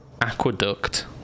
aqueduct